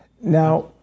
Now